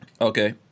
Okay